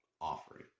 offering